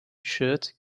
shirt